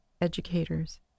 educators